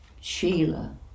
Sheila